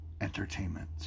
entertainment